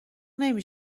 نمی